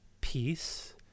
peace